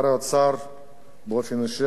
באופן אישי אני באמת מכבד אותו,